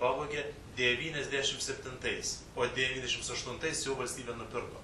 pavogė devyniasdešim septintais o devyniasdešims aštuntais jau valstybė nupirko